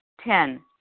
Ten